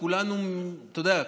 ואתה יודע,